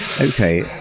Okay